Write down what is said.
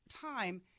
time